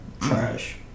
Trash